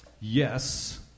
Yes